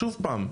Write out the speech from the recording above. שוב פעם,